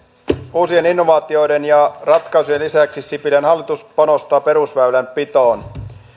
uusien innovaatioiden ja ratkaisujen lisäksi sipilän hallitus panostaa perusväylänpitoon